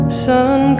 sun